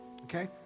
okay